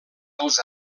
dels